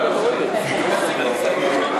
אני שומר עליו עכשיו.